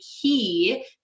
key